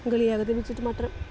गली जाह्ग दे बिच्च टमाटर